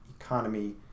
economy